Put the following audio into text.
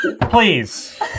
please